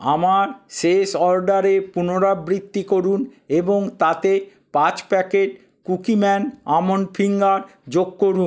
আমার শেষ অর্ডারের পুনরাবৃত্তি করুন এবং তাতে পাঁচ প্যাকেট কুকিম্যান আমন্ড ফিঙ্গার যোগ করুন